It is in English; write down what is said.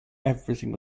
everything